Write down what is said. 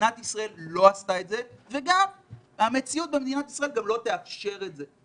מדינת ישראל לא עשתה את זה וגם המציאות במדינת ישראל לא תאפשר את זה.